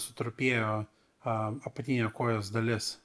sutrupėjo a apatinė kojos dalis